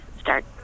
start